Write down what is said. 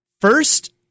first